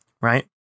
Right